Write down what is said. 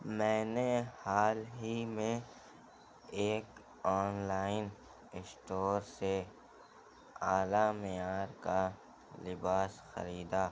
میں نے حال ہی میں ایک آنلائن اشٹور سے اعلیٰ معیار کا لباس خریدا